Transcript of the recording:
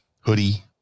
hoodie